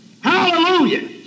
hallelujah